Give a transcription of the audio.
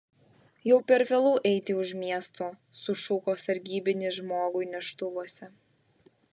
jau per vėlu eiti už miesto sušuko sargybinis žmogui neštuvuose